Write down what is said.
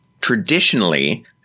Traditionally